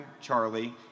Charlie